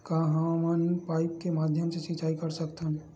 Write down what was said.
का हमन पाइप के माध्यम से सिंचाई कर सकथन?